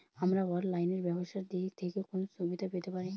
আমরা অনলাইনে ব্যবসার দিক থেকে কোন সুবিধা পেতে পারি?